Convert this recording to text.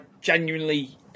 genuinely